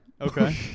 Okay